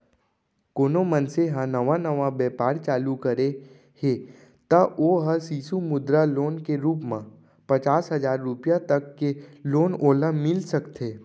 कोनो मनसे ह नवा नवा बेपार चालू करे हे त ओ ह सिसु मुद्रा लोन के रुप म पचास हजार रुपया तक के लोन ओला मिल सकथे